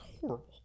horrible